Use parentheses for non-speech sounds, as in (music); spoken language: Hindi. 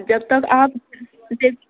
जबतक आप (unintelligible)